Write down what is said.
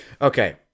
Okay